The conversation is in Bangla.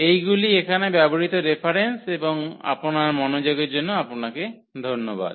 এইগুলি এখানে ব্যবহৃত রেফারেন্স এবং আপনার মনোযোগের জন্য আপনাকে ধন্যবাদ